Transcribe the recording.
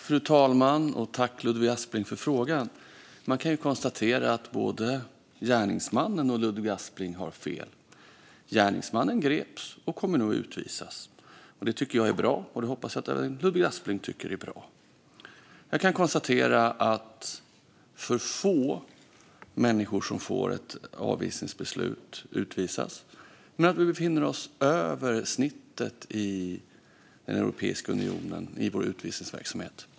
Fru talman! Tack, Ludvig Aspling, för frågan! Man kan konstatera att både gärningsmannen och Ludvig Aspling har fel. Gärningsmannen greps och kommer nu att utvisas. Det tycker jag är bra, och det hoppas jag att även Ludvig Aspling tycker är bra. Jag kan konstatera att för få människor som får ett avvisningsbeslut avvisas men att vi befinner oss över snittet i Europeiska unionen i vår utvisningsverksamhet.